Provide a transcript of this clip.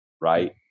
Right